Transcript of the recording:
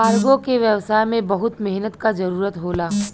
cargo के व्यवसाय में बहुत मेहनत क जरुरत होला